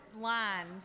line